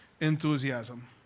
enthusiasm